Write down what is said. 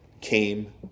came